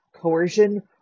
coercion